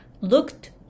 looked